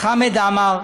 חמד עמאר,